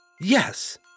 Yes